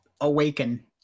awaken